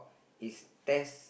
it's test